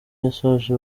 yasoje